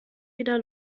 wieder